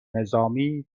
نظامی